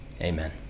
Amen